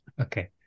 Okay